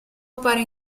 appare